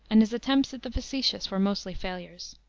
and his attempts at the facetious were mostly failures.